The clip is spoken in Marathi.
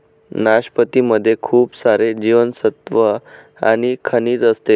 नाशपती मध्ये खूप सारे जीवनसत्त्व आणि खनिज असते